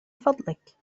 فضلك